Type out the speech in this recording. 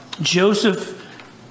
Joseph